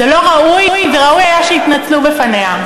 זה לא ראוי, וראוי היה שיתנצלו בפניה.